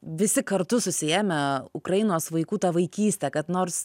visi kartu susiėmę ukrainos vaikų tą vaikystę kad nors